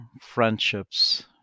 Friendships